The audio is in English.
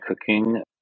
cooking